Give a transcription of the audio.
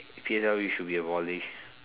P_S_L_E should be abolished